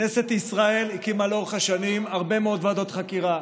כנסת ישראל הקימה לאורך השנים הרבה מאוד ועדות חקירה.